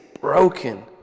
broken